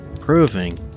proving